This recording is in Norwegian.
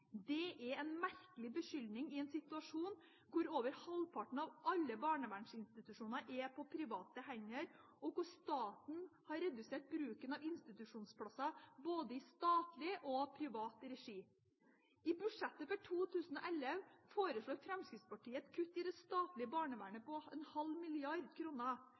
Det er en merkelig beskyldning i en situasjon hvor over halvparten av alle barnevernsinstitusjoner er på private hender, og hvor staten har redusert bruken av institusjonsplasser både i statlig og privat regi. I budsjettet for 2011 foreslår Fremskrittspartiet et kutt i det statlige barnevernet på